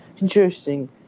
Interesting